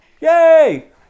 Yay